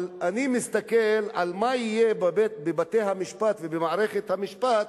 אבל אני מסתכל על מה שיהיה בבתי-המשפט ובמערכת המשפט